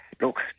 Look